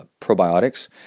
probiotics